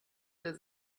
der